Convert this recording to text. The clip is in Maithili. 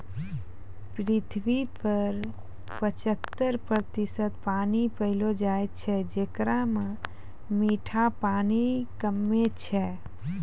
पृथ्वी पर पचहत्तर प्रतिशत पानी पैलो जाय छै, जेकरा म मीठा पानी कम्मे छै